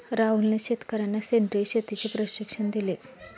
राहुलने शेतकर्यांना सेंद्रिय शेतीचे प्रशिक्षण दिले